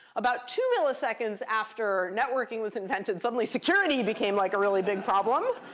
about two milliseconds after networking was invented, suddenly security became like a really big problem.